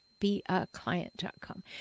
beaclient.com